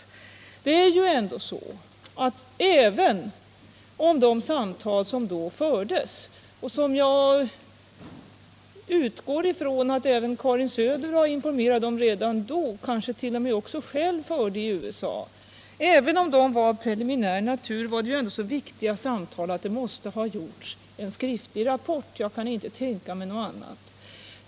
Även om de samtal som då fördes — och som jag utgår från att Karin Söder var informerad om och kanske t.o.m. själv förde i USA —- var av preliminär natur, var de så viktiga att det måste ha gjorts en skriftlig rapport.